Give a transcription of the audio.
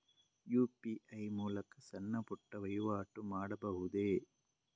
UPI ಮೂಲಕ ಸಣ್ಣ ಪುಟ್ಟ ವಹಿವಾಟು ಮಾಡಬಹುದೇ?